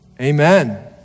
amen